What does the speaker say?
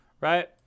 right